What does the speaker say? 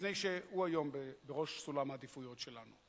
מפני שהוא היום בראש סולם העדיפויות שלנו.